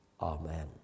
Amen